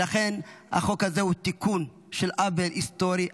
ולכן החוק הזה הוא תיקון של עוול היסטורי,